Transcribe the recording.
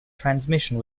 transmission